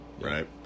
right